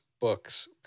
books